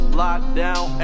lockdown